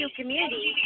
community